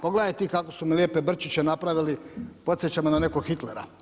Pogledaj ti kako su mi lijepe brčiće napravili, podsjeća me na nekog Hitlera.